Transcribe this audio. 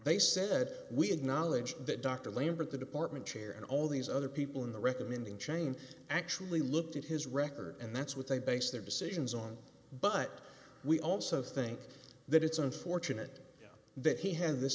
they said we acknowledge that dr lambert the department chair and all these other people in the recommending chain actually looked at his record and that's what they base their decisions on but we also think that it's unfortunate that he had this